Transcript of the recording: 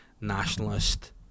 nationalist